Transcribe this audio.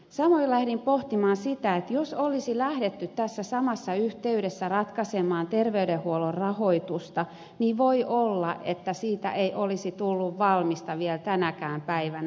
samoin lähdin pohtimaan sitä että jos olisi lähdetty tässä samassa yhteydessä ratkaisemaan terveydenhuollon rahoitusta niin voi olla että siitä ei olisi tullut valmista vielä tänäkään päivänä